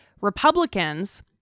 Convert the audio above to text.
Republicans-